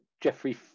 Jeffrey